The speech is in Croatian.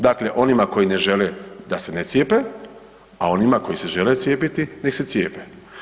Dakle, onima koji ne žele da se ne cijepe, a onima koji se žele cijepiti nek se cijepe.